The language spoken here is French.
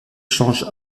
change